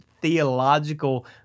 theological